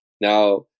Now